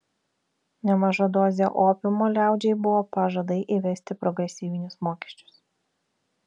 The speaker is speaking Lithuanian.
nemaža dozė opiumo liaudžiai buvo pažadai įvesti progresyvinius mokesčius